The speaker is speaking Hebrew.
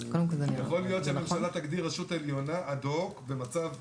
שהממשלה תגדיר רשות עליונה אד-הוק ומצב,